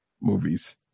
movies